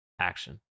Action